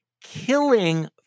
killing